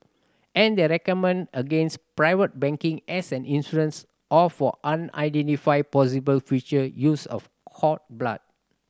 and they recommend against private banking as an insurance or for unidentified possible future use of cord blood